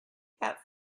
that